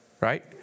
right